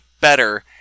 better